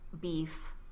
beef